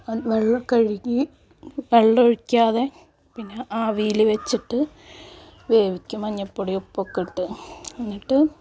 വെള്ളം കഴുകി വെള്ളം ഒഴിക്കാതെ പിന്നെ ആവിയിൽ വെച്ചിട്ട് വേവിക്കും മഞ്ഞപ്പൊടിയും ഉപ്പൊക്കെയിട്ട് എന്നിട്ട്